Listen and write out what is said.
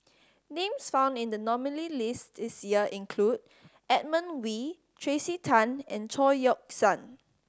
names found in the nominees' list this year include Edmund Wee Tracey Tan and Chao Yoke San